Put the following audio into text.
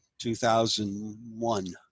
2001